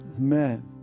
Amen